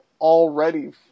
already